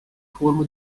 forma